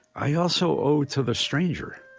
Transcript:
i also owe to the stranger.